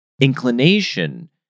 inclination